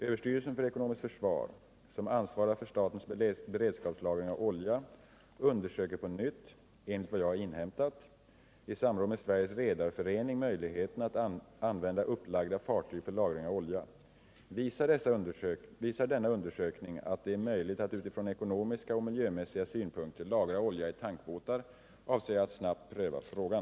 Överstyrelsen för ekonomiskt försvar, som ansvarar för statens beredskapslagring av olja, undersöker på nytt, enligt vad jag inhämtat, i samråd med Sveriges Redareförening möjligheterna att använda upplagda fartyg för lagring av olja. Visar denna undersökning att det är möjligt att utifrån ekonomiska och miljömässiga synpunkter lagra olja i tankbåtar avser jag att snabbt pröva frågan.